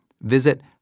visit